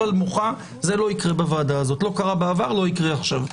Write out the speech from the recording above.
על מוחה לא יקרה בוועדה הזאת לא בעבר ולא עכשיו.